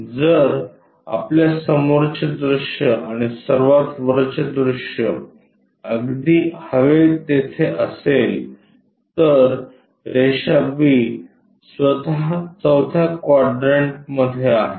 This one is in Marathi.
जर आपल्या समोरचे दृश्य आणि सर्वात वरचे दृश्य अगदी हवे तेथे असेल तर रेषा b स्वतः चौथ्या क्वाड्रंटमध्ये आहे